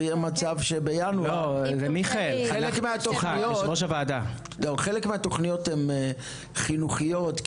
יהיה מצב שבינואר חלק מהתוכניות הן חינוכיות,